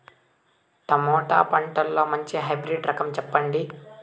Tomato పంటలో మంచి hybrid రకం చెప్పండి?